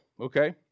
okay